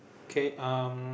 okay um